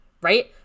right